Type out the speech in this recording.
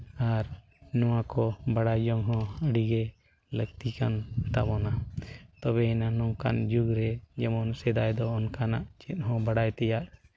ᱟᱨ ᱱᱚᱣᱟ ᱠᱚ ᱵᱟᱲᱟᱭ ᱡᱚᱝᱦᱚᱸ ᱟᱹᱰᱤᱜᱮ ᱞᱟᱹᱠᱛᱤ ᱠᱟᱱ ᱛᱟᱵᱚᱱᱟ ᱛᱚᱵᱮᱭᱟᱱᱟᱝ ᱱᱚᱝᱠᱟᱱ ᱡᱩᱜᱽ ᱨᱮ ᱡᱮᱢᱚᱱ ᱥᱮᱫᱟᱭ ᱫᱚ ᱚᱱᱠᱟᱱᱟᱜ ᱪᱮᱫ ᱦᱚᱸ ᱵᱟᱰᱟᱭ ᱛᱮᱭᱟᱜ